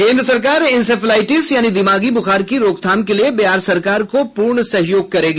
केन्द्र सरकार इन्केफ्लाइटिस यानी दिमागी बुखार की रोकथाम के लिए बिहार सरकार को पूर्ण सहयोग करेगी